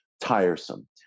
tiresome